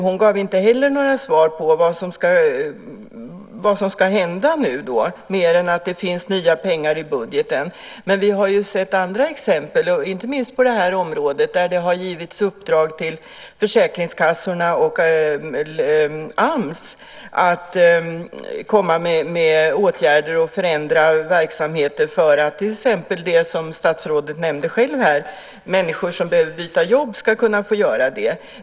Hon gav inte heller några svar på vad som ska hända, mer än att det finns nya pengar i budgeten. Men vi har sett andra exempel, inte minst på det här området, där det har givits uppdrag till försäkringskassorna och AMS att komma med åtgärder och förändra verksamheter för att till exempel människor som behöver byta jobb ska kunna få göra det. Detta nämnde ju också statsrådet själv här.